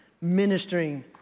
ministering